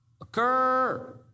occur